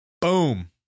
Boom